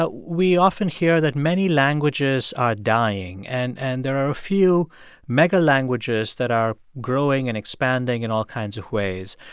ah we often hear that many languages are dying, and and there are a few megalanguages that are growing and expanding in all kinds of ways.